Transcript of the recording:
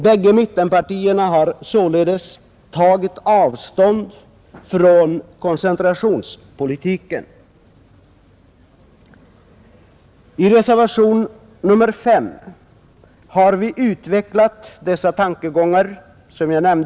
Båda mittenpartierna har således tagit avstånd från koncentrationspolitiken. I reservationen 5 har vi utvecklat dessa tankegångar.